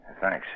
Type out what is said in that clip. Thanks